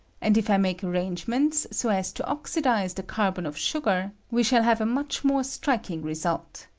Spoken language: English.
and if i make arrangements so as to oxidize the car bon of sugar, we shall have a much more strik ing result.